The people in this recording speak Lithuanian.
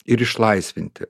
ir išlaisvinti